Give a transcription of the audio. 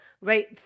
right